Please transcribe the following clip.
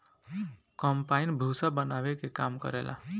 combine भूसा बानावे के काम करेला